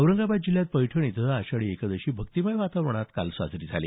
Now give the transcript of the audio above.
औरंगाबाद जिल्ह्यात पैठण इथं आषाढी एकादशी भक्तीमय वातावरणात साजरी झाली